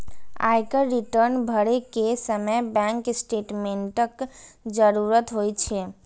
आयकर रिटर्न भरै के समय बैंक स्टेटमेंटक जरूरत होइ छै